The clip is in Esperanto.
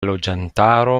loĝantaro